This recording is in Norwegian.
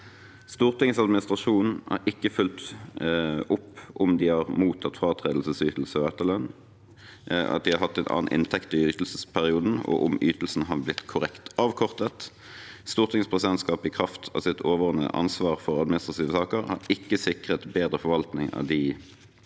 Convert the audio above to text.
Stortingets administrasjon ikke har fulgt opp om de som har mottatt fratredelsesytelse og etterlønn, har hatt annen inntekt i ytelsesperioden, og om ytelsen har blitt korrekt avkortet – Stortingets presidentskap i kraft av sitt overordnede ansvar for administrative saker ikke har sikret en bedre forvaltning av de